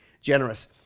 generous